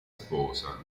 sposa